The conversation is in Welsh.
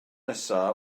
nesa